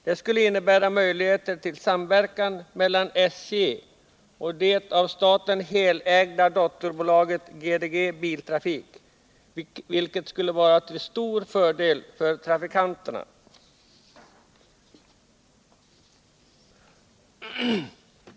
Det skulle innebära möjligheter till samverkan mellan SJ och det av staten helägda dotterbolaget GDG, vilket skulle vara till stor fördel för trafikanterna.